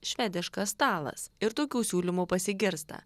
švediškas stalas ir tokių siūlymų pasigirsta